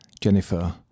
Jennifer